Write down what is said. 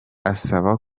asaba